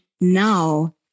now